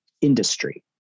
industry